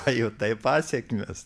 pajutai pasekmes